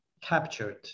captured